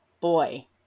boy